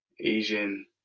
asian